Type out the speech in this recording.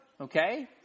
Okay